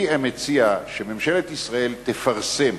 אני מציע שממשלת ישראל תפרסם